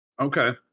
Okay